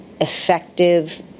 effective